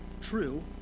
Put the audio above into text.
True